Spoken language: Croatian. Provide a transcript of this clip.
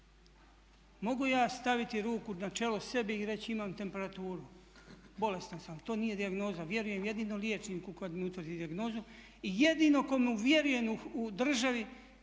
Mogu ja staviti ruku na čelo sebi i reći imam temperaturu, bolestan sam. To nije dijagnoza, vjerujem jedino liječniku kad mi utvrdi dijagnozu. I jedino komu vjerujem u državi